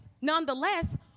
nonetheless